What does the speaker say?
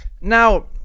Now